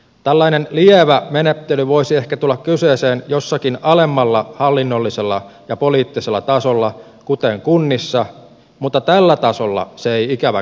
tällainen lievä menettely voisi ehkä tulla kyseeseen jollakin alemmalla hallinnollisella ja poliittisella tasolla kuten kunnissa mutta tällä tasolla se ei ikävä kyllä riitä